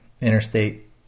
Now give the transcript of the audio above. interstate